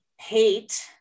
hate